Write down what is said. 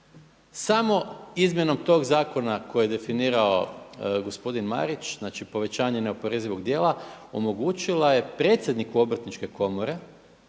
samo izmjenom tog zakona koji je definirao gospodin Marić, znači povećanje neoporezivog dijela omogućila je predsjedniku Obrtničke komore